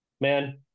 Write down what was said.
man